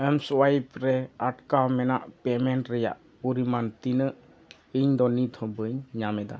ᱮᱢ ᱥᱳᱣᱟᱭᱤᱯᱨᱮ ᱟᱴᱠᱟᱣ ᱢᱮᱱᱟᱜ ᱯᱮᱢᱮᱱᱴ ᱨᱮᱭᱟᱜ ᱯᱚᱨᱤᱢᱟᱱ ᱛᱤᱱᱟᱹᱜ ᱤᱧᱫᱚ ᱱᱤᱛᱦᱚᱸ ᱵᱟᱹᱧ ᱧᱟᱢᱮᱫᱟ